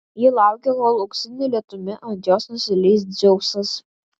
ji laukia kol auksiniu lietumi ant jos nusileis dzeusas